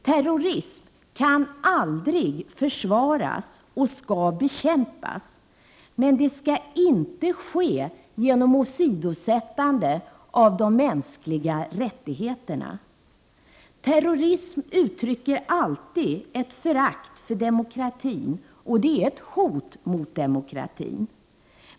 Terrorism kan aldrig försvaras och skall bekämpas, men det skall inte ske genom åsidosättande av de mänskliga rättigheterna. Terrorismen uttrycker alltid ett förakt för demokratin och den är ett hot mot demokratin.